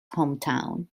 hometown